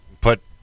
Put